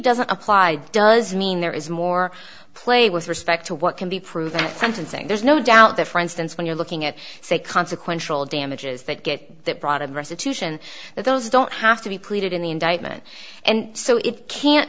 doesn't apply does mean there is more play with respect to what can be proven sentencing there's no doubt that for instance when you're looking at say consequential damages that get that broad and restitution that those don't have to be pleaded in the indictment and so it can't